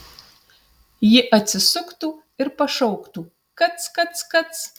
ji atsisuktų ir pašauktų kac kac kac